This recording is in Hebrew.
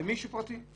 למישהו פרטי.